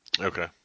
Okay